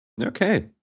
Okay